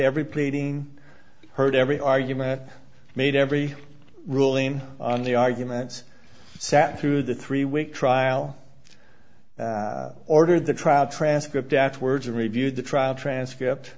every pleading heard every argument made every ruling on the arguments sat through the three week trial ordered the trial transcript at words and reviewed the trial transcript